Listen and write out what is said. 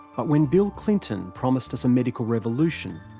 but when bill clinton promised us a medical revolution,